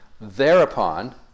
thereupon